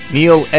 Neil